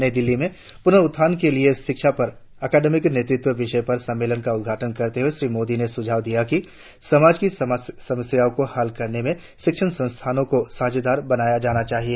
नई दिल्ली में पुनरुत्थान के लिए शिक्षा पर अकादमिक नेतृत्व विषय पर सम्मेलन का उद्घाटन करते हुए श्री मोदी ने सुझाव दिया कि समाज की समस्याओं को हल करने में शिक्षण संस्थाओं को साझीदार बनाया जाना चाहिए